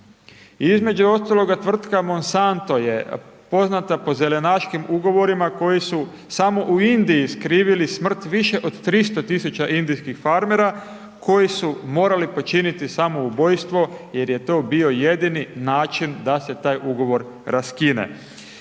Između ostalog, tvrtka Monsanto je poznata po zelenaškim ugovorima, koji su samo u Indiji skrivili smrt više od 300 tisuća indijskih farmera, koji su morali počiniti samoubojstvo, jer je to bio jedini način da se taj ugovor raskine.